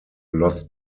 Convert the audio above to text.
lost